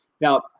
Now